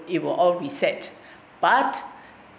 it will all reset but